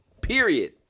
Period